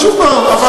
אבל שוב הפעם,